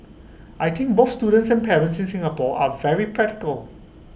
I think both students and parents in Singapore are very practical